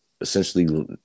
essentially